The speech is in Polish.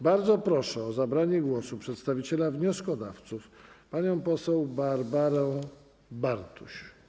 Bardzo proszę o zabranie głosu przedstawiciela wnioskodawców panią poseł Barbarę Bartuś.